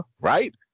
right